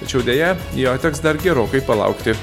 tačiau deja jo teks dar gerokai palaukti